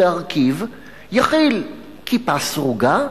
יכיל: כיפה סרוגה?